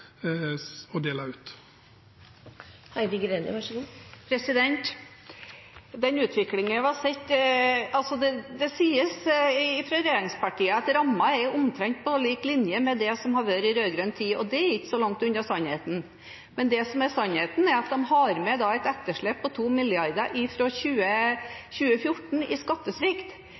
å dele ut. Det sies fra regjeringspartiene at rammen er omtrent på lik linje med det som var i rød-grønn tid, og det er ikke så langt unna sannheten. Men det som er sannheten, er at de da har med et etterslep på